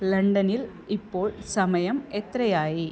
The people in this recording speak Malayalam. ലണ്ടനിൽ ഇപ്പോൾ സമയം എത്രയായി